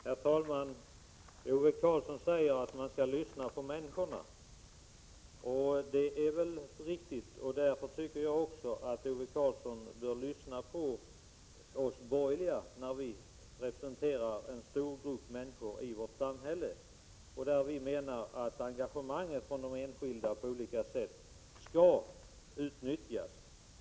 Herr talman! Ove Karlsson säger att man skall lyssna på människorna. Det är väl riktigt. Därför tycker jag också att Ove Karlsson bör lyssna på oss borgerliga, när vi representerar en stor grupp människor i samhället. Vi menar att engagemanget från enskilda på olika sätt skall utnyttjas.